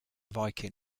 viking